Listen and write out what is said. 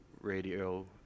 Radio